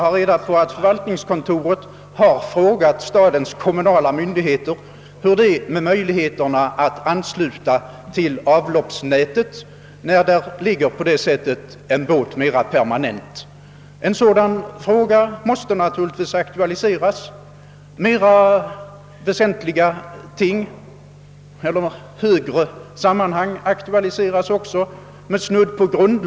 Förvaltningskontoret har förhört sig hos stadens kommunala myndigheter om möjligheterna att ansluta en mera permanent placerad båt till avloppsnätet. En sådan fråga måste naturligtvis utredas. Mera väsentliga frågor, med snudd på grundlag, aktualiseras också.